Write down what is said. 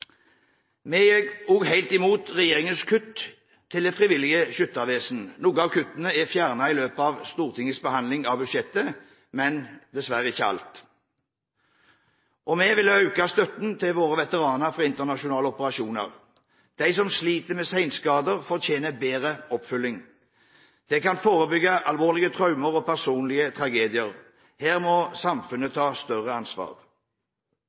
Vi gikk også helt imot regjeringens kutt i støtten til Det frivillige Skyttervesen. Noe av kuttet er fjernet i løpet av Stortingets behandling av budsjettet, men dessverre ikke alt. Og vi vil øke støtten til våre veteraner fra internasjonale operasjoner. De som sliter med senskader, fortjener bedre oppfølging. Det kan forebygge alvorlige traumer og personlige tragedier. Her må samfunnet ta større ansvar.